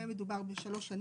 בשניהם מדובר בשלוש שנים.